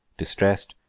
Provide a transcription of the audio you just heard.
distressed,